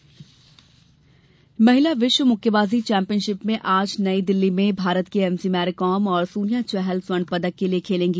महिला मुक्केबाजी महिला विश्व मुक्केबाजी चैंपियनशिप में आज नई दिल्ली में भारत की एम सी मेरिकॉम और सोनिया चाहल स्वर्ण पदक के लिए खेलेंगी